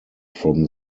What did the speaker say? from